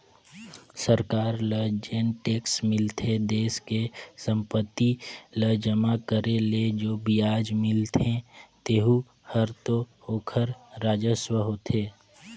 सरकार ल जेन टेक्स मिलथे देस के संपत्ति ल जमा करे ले जो बियाज मिलथें तेहू हर तो ओखर राजस्व होथे